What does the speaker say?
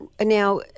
Now